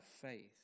faith